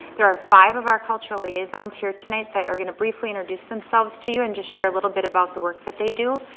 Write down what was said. there are five of our cultural liaisons here tonight that are gonna briefly introduce themselves to you and just share a little bit about the work that they do.